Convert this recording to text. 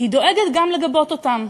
דואגת גם לגבות אותם,